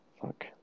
Fuck